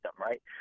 right